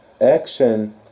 action